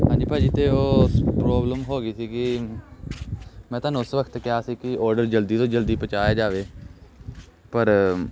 ਹਾਂਜੀ ਭਾਅ ਜੀ ਅਤੇ ਉਹ ਪ੍ਰੋਬਲਮ ਹੋ ਗਈ ਸੀਗੀ ਮੈਂ ਤੁਹਾਨੂੰ ਉਸ ਵਕਤ ਕਿਹਾ ਸੀ ਕਿ ਓਡਰ ਜਲਦੀ ਤੋਂ ਜਲਦੀ ਪਹੁੰਚਾਇਆ ਜਾਵੇ ਪਰ